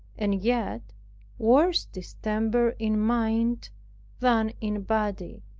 and yet worse distempered in mind than in body.